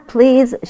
Please